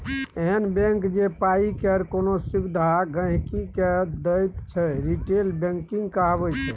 एहन बैंक जे पाइ केर कोनो सुविधा गांहिकी के दैत छै रिटेल बैंकिंग कहाबै छै